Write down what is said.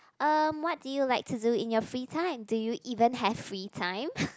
um what do you like to do in your free time do you even have free time